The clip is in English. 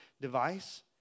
device